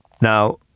now